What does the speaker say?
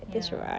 ya